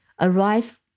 arrive